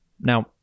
Now